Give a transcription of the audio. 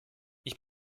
ich